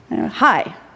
Hi